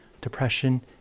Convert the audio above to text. Depression